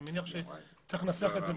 אני מניח שצריך לנסח את זה,